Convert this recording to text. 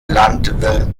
landwirt